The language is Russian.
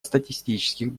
статистических